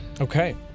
Okay